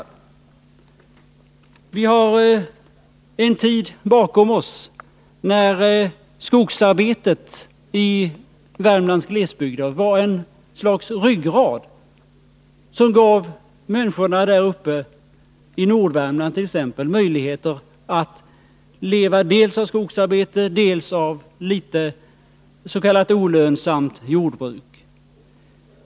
Vi har en tid bakom oss då skogsarbetet i Värmlands glesbygd var ett slags ryggrad som gav människorna i t.ex. Nordvärmland möjligheter att leva av skogsarbete kombinerat med s.k. olönsamt jordbruk.